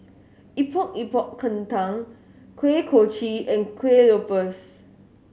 Epok Epok Kentang Kuih Kochi and Kueh Lopes